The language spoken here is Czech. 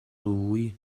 lůj